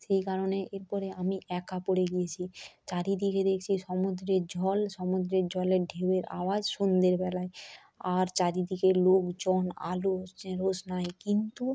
সেই কারণে এরপরে আমি একা পড়ে গিয়েছি চারিদিকে দেখছি সমুদ্রের জল সমুদ্রের জলের ঢেউয়ের আওয়াজ সন্ধ্যের বেলায় আর চারিদিকে লোকজন আলো সে রোশনাই কিন্তু